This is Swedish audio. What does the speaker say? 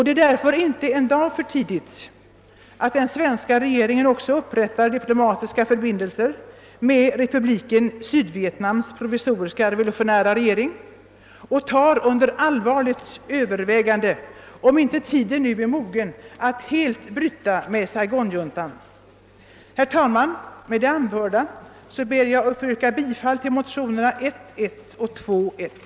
Det är därför inte en dag för tidigt att den svenska regeringen också upprättar diplomatiska förbindelser med Republiken Sydvietnams provisoriska revolutionära regering och i konsekvens därmed samtidigt tar under allvarligt övervägande att tiden är mogen att helt bryta med Saigonjuntan. Herr talman! Med vad jag har sagt ber jag att få yrka bifall till motionerna I: 1 och II: 1.